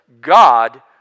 God